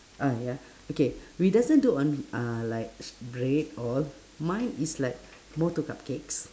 ah ya k we doesn't do on uh like bread all mine is like more to cupcakes